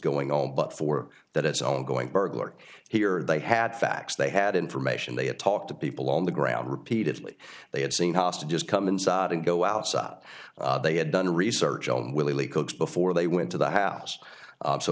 going on but for that it's own going burglar here they had facts they had information they had talked to people on the ground repeatedly they had seen hostages come inside and go outside they had done research on willie coke's before they went to the house so